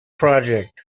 projects